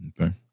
Okay